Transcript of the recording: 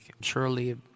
surely